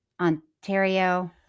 Ontario